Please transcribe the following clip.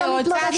רבותיי, תודה.